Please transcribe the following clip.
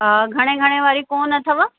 हा घणे घणे वारी कोन अथव